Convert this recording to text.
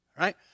right